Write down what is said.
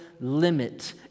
limit